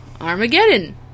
Armageddon